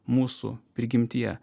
mūsų prigimtyje